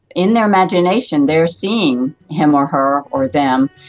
in their imagination they are seeing him or her or them,